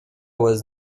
was